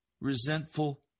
resentful